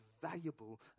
valuable